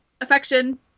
affection